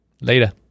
Later